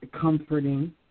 comforting